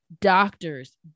Doctors